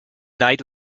night